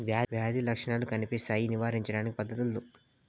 వ్యాధి లక్షణాలు కనిపిస్తాయి నివారించడానికి పద్ధతులు?